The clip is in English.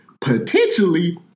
potentially